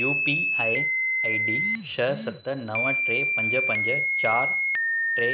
UPI ID छह सत टे पंज पंज चारि टे